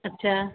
अच्छा